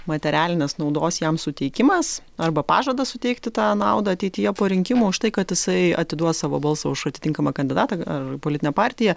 materialinės naudos jam suteikimas arba pažadas suteikti tą naudą ateityje po rinkimų už tai kad jisai atiduos savo balsą už atitinkamą kandidatą ar politinę partiją